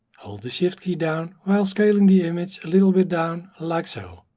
hold the shift key down while scaling the image a little bit down, like so.